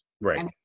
Right